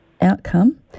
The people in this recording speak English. outcome